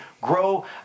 grow